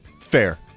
Fair